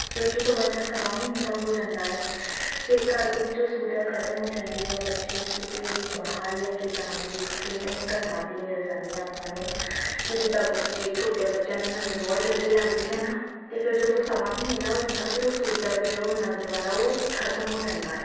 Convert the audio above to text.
ਫਿਰ ਜਦੋਂ ਬੱਚਾ ਸਵਾ ਮਹੀਨੇ ਦਾ ਹੋ ਜਾਂਦਾ ਹੈ ਫਿਰ ਘਰ ਦੇ ਵਿੱਚੋਂ ਸੂਤਕ ਖਤਮ ਹੋ ਜਾਂਦੀ ਆ ਬੱਚੇ ਨੂੰ ਕਿਤੇ ਵੀ ਬਾਹਰ ਲੈ ਕੇ ਜਾਣ ਦੀ ਇੱਕ ਫਰੀਡਮ ਇੱਕ ਆਜ਼ਾਦੀ ਮਿਲ ਜਾਂਦੀ ਆ ਆਪਾਂ ਨੂੰ ਕਿ ਜਿੱਦਾਂ ਬੱਚੇ ਛੋਟੇ ਬੱਚਿਆਂ ਨੂੰ ਨਜ਼ਰ ਬਹੁਤ ਜਲਦੀ ਲੱਗਦੀ ਹੈ ਨਾ ਅਤੇ ਫਿਰ ਜਦੋਂ ਉਹ ਸਵਾ ਮਹੀਨੇ ਦਾ ਹੋ ਜਾਂਦਾ ਫਿਰ ਉਹ ਸੂਤਕ ਜਿਹੜਾ ਉਹ ਨਜ਼ਰ ਵਾਲਾ ਉਹ ਖਤਮ ਹੋ ਜਾਂਦਾ